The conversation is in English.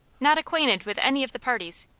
not acquainted with any of the parties,